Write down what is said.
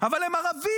אבל הם ערבים.